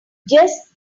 just